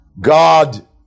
God